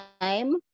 time